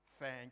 Thank